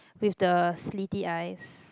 with the slitty eyes